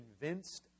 convinced